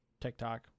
TikTok